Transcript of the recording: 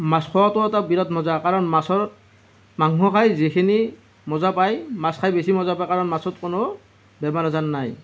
মাছ খোৱাটোও এটা বিৰাট মজা কাৰণ মাছৰ মাংস খাই যিখিনি মজা পায় মাছ খাই বেছি মজা পায় কাৰণ মাছত কোনো বেমাৰ আজাৰ নাই